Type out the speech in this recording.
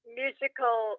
musical